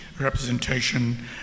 representation